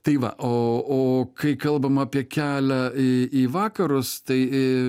tai va o o kai kalbam apie kelią į į vakarus tai